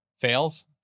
fails